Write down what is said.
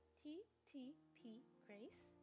ttpgrace